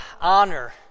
honor